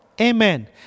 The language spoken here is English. amen